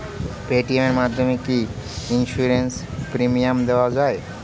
Paytm এর মাধ্যমে কি ইন্সুরেন্স প্রিমিয়াম দেওয়া যায়?